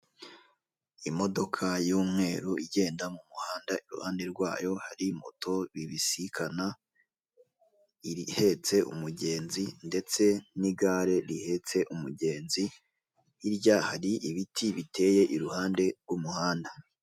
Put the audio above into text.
Imodoka y'umweru igenda mu muhanda iruhande rwayo hari moto bibisikana, ihetse umugenzi ndetse n'igare rihetse umugenzi, hirya hari ibiti biteye iruhande rw'umuhanda.